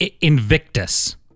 Invictus